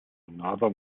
another